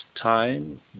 time